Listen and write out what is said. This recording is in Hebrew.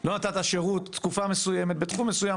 לא נתת שירות תקופה מסוימת בתחום מסוים,